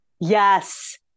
Yes